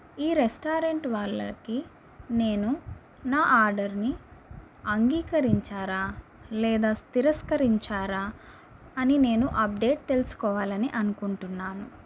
ఈ రెస్టారెంట్ వాళ్ళకి నేను నా ఆర్డర్ని అంగీకరించారా లేదా తిరస్కరించారా అని నేను అప్డేట్ తెలుసుకోవాలని అనుకుంటున్నాను